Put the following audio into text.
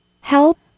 help